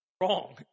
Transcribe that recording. Wrong